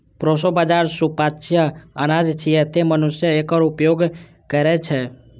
proso बाजारा सुपाच्य अनाज छियै, तें मनुष्य एकर उपभोग करै छै